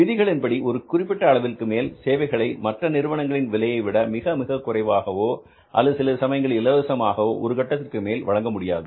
விதிகளின்படி ஒரு குறிப்பிட்ட அளவிற்கு மேல் சேவைகளை மற்ற நிறுவனங்களின் விலையைவிட மிக மிக குறைவாகவோ அல்லது சில சமயங்களில் இலவசமாகவோ ஒரு காலகட்டத்திற்கு மேல் வழங்க முடியாது